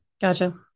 Gotcha